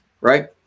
right